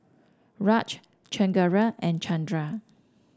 Raj Chengara and Chandra